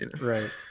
Right